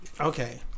Okay